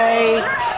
Right